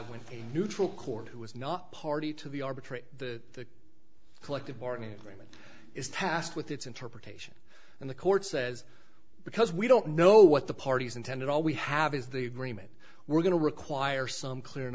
a neutral court who was not party to the arbitrator the collective bargaining agreement is tasked with its interpretation and the court says because we don't know what the parties intended all we have is the agreement we're going to require some clear and